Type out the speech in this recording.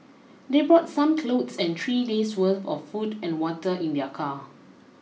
they brought some clothes and three days worth of food and water in their car